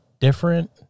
different